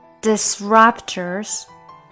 disruptors